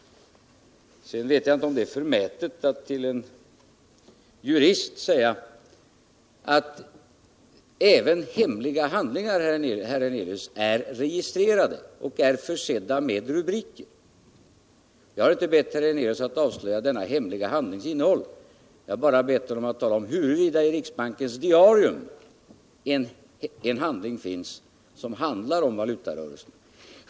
Sedan vet jag inte, herr Hernelius, om det är förmätet att till en jurist säga att även hemliga handlingar är registrerade och försedda med rubriker. Jag har inte bett herr Hernelius att avslöja denna hemliga handlings innehåll. Jag 131 har bara bett honom att tala om huruvida det i riksbankens diarium finns en handling som handlar om valutarörelserna.